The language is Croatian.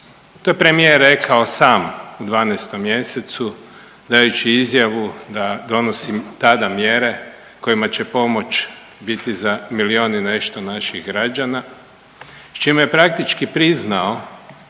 To je premijer rekao sam u 12. mjesecu dajući izjavu da donosim tada mjere kojima će pomoć biti za milion i nešto građana s čime je praktički priznao